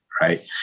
Right